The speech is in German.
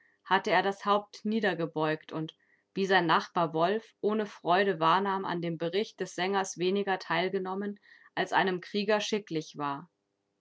hatte er das haupt niedergebeugt und wie sein nachbar wolf ohne freude wahrnahm an dem bericht des sängers weniger teilgenommen als einem krieger schicklich war